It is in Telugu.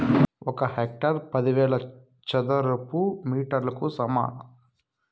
ఒక హెక్టారు పదివేల చదరపు మీటర్లకు సమానం